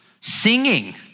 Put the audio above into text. singing